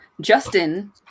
Justin